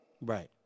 right